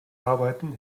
arbeiten